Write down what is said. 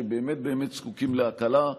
שבאמת באמת זקוקים להקלה.